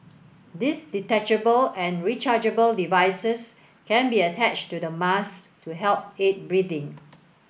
these detachable and rechargeable devices can be attached to the mask to help aid breathing